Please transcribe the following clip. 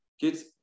kids